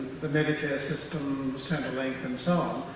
the medicare system, centerlink, and so on,